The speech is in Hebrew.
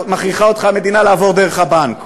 מכריחה אותך המדינה לעבור דרך הבנק.